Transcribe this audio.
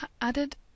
added